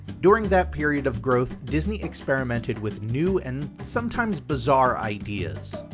during that period of growth disney experimented with new and sometimes bizarre ideas.